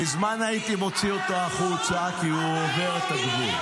מזמן הייתי מוציא אותו החוצה כי הוא עובר את הגבול.